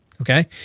Okay